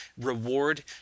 Reward